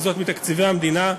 וזאת מתקציבי המדינה.